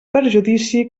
perjudici